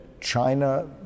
China